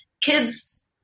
kids